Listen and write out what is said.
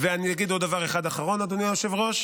ואני אגיד עוד דבר אחד אחרון, אדוני היושב-ראש.